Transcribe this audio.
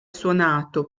suonato